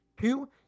two